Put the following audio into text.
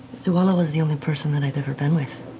zuala was the only person that i've ever been with.